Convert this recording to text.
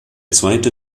zweite